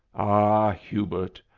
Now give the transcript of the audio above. ah, hubert!